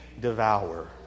devour